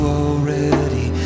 already